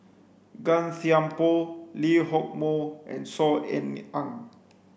Gan Thiam Poh Lee Hock Moh and Saw Ean Ang